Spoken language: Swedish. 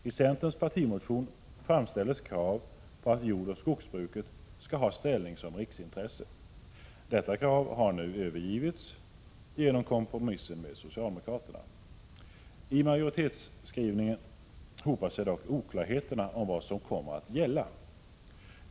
I centerns partimotion framställs krav på att jordoch skogsbruket skall ha ställning som riksintresse. Detta krav har nu övergivits genom kompromissen med socialdemokraterna. I majoritetsskrivningen hopar sig dock oklarheterna om vad som kommer att gälla.